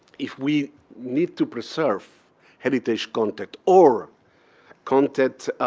if we need to preserve heritage content or content